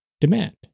demand